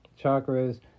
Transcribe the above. chakras